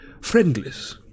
friendless